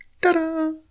Ta-da